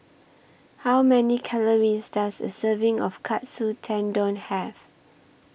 How Many Calories Does A Serving of Katsu Tendon Have